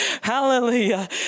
hallelujah